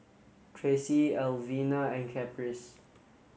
Tracie Elvina and Caprice